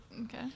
okay